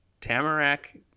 Tamarack